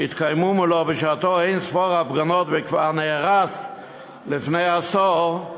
שהתקיימו מולו בשעתו אין-ספור הפגנות וכבר נהרס לפני עשור,